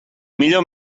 millor